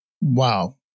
Wow